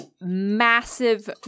massive